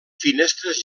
finestres